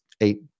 eight